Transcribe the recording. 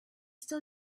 still